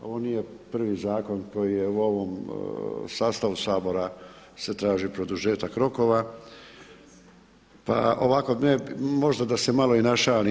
Ovo nije prvi zakon koji je u ovom sastavu Sabora se traži produžetak rokova, pa ovako možda da se malo i našalim.